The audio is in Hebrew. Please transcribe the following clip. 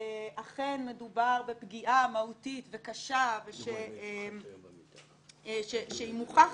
אכן מדובר בפגיעה מהותית וקשה שהיא מוכחת.